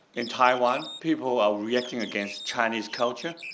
in taiwan people are reacting against chinese culture,